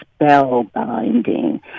spellbinding